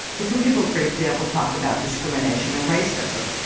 so some people for example talk about discrimination and racism.